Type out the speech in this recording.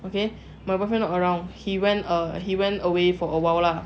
okay my boyfriend not around he went err he went away for awhile lah